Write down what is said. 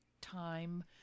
time